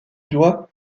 doit